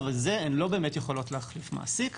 הזה הן לא באמת יכולות להחליף מעסיק.